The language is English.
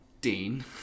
Dean